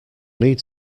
need